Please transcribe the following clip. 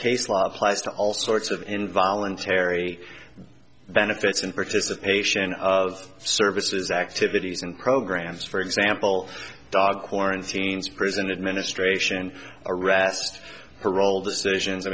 case law applies to all sorts of involuntary benefits and participation of services activities and programs for example dog quarantines prison administration arrest parole decisions i